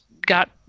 got